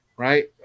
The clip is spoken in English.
Right